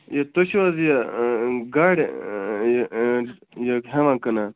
ہے تۄہہِ چھُو حظ یہِ گاڑِ یہِ ہٮ۪وان کٕنان